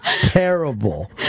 terrible